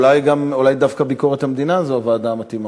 אולי דווקא ביקורת המדינה היא הוועדה המתאימה?